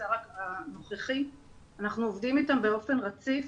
והשר הנוכחי אנחנו עובדים באופן רציף,